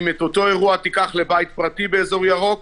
אם את אותו אירוע תיקח לבית פרטי באזור ירוק,